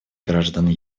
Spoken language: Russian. граждан